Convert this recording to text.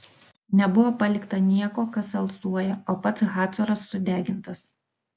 nebuvo palikta nieko kas alsuoja o pats hacoras sudegintas